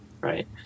Right